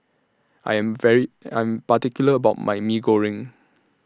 I Am very I'm particular about My Mee Goreng